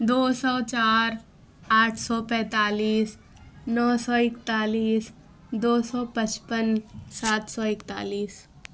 دو سو چار آٹھ سو پینتالیس نو سو اكتالیس دو سو پچپن سات سو اكتالیس